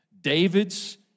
David's